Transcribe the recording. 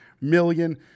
million